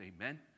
Amen